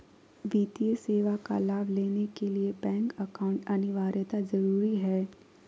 वित्तीय सेवा का लाभ लेने के लिए बैंक अकाउंट अनिवार्यता जरूरी है?